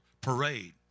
parade